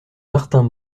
martin